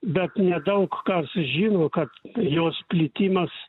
bet nedaug kas žino kad jos plitimas